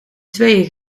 tweeën